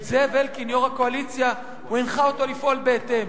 את זאב אלקין, יושב-ראש הקואליציה, לפעול בהתאם.